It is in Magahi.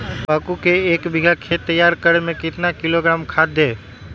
तम्बाकू के एक बीघा खेत तैयार करें मे कितना किलोग्राम खाद दे?